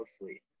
mostly